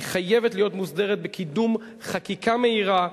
חייבת להיות מוסדרת בקידום חקיקה מהירה,